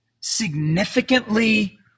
significantly